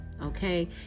Okay